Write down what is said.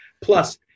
plus